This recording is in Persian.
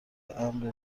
امن